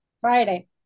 friday